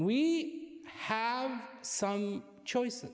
we have some choices